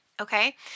Okay